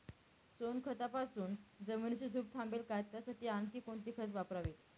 सोनखतापासून जमिनीची धूप थांबेल का? त्यासाठी आणखी कोणती खते वापरावीत?